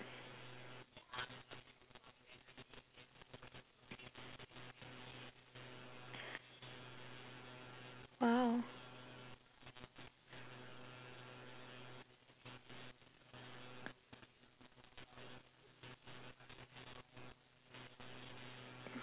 !huh!